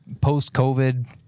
post-COVID